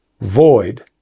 void